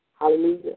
Hallelujah